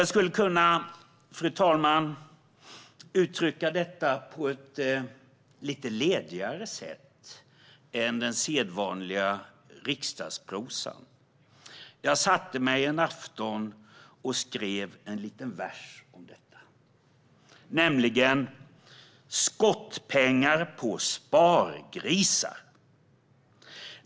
Jag skulle kunna uttrycka detta på ett lite ledigare sätt än den sedvanliga riksdagsprosan. Jag satte mig en afton och skrev en liten vers om det här. Jag har kallat den för Skottpengar på spargrisar .